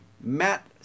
Matt